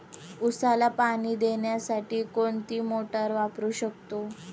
उसाला पाणी देण्यासाठी कोणती मोटार वापरू शकतो?